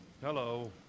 Hello